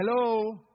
Hello